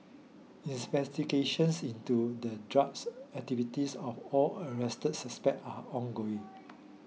investigations into the drugs activities of all arrested suspects are ongoing